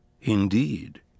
Indeed